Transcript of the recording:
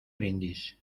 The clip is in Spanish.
brindis